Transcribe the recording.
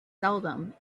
seldom